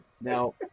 Now